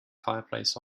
fireplace